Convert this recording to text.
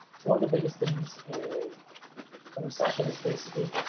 one of the biggest things is a recession is basically,